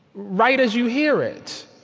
write as you hear it.